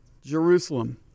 Jerusalem